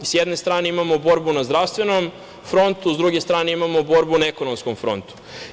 S jedne strane, imamo borbu na zdravstvenom frontu, s druge strane imamo borbu na ekonomskom frontu.